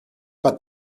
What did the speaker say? but